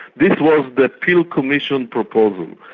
this was the peel commission proposal.